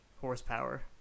horsepower